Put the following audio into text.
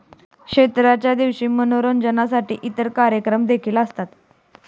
क्षेत्राच्या दिवशी मनोरंजनासाठी इतर कार्यक्रम देखील असतात